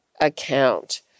account